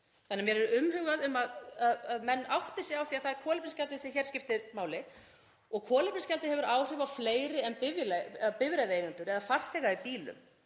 Íslandi. Mér er umhugað um að menn átti sig á því að það er kolefnisgjaldið sem hér skiptir máli og kolefnisgjaldið hefur áhrif á fleiri en bifreiðaeigendur eða farþega í bílum.